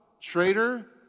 traitor